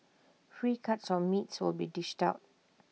free cuts of meat will be dished out